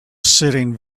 sitting